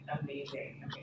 amazing